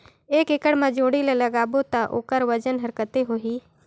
एक एकड़ मा जोणी ला लगाबो ता ओकर वजन हर कते होही?